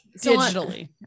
digitally